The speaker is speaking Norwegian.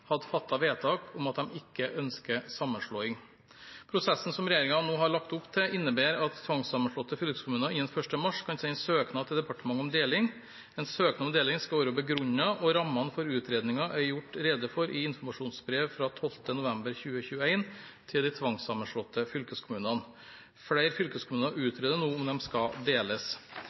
vedtak om at de ikke ønsket sammenslåing. Prosessen som regjeringen nå har lagt opp til, innebærer at tvangssammenslåtte fylkeskommuner innen 1. mars kan sende søknad til departementet om deling. En søknad om deling skal være begrunnet, og rammene for utredningene er gjort rede for i informasjonsbrev av 12. november 2021 til de tvangssammenslåtte fylkeskommunene. Flere fylkeskommuner utreder nå om de skal deles.